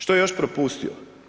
Što je još propustio?